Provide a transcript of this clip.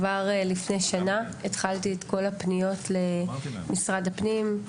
כבר לפני שנה התחלתי את כל הפניות למשרד הפנים,